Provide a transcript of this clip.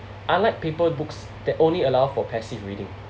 unlike paper books that only allow for passive reading